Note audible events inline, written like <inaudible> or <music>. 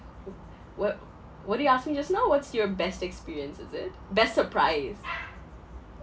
<noise> wha~ what did you ask me just now what's your best experience is it best surprise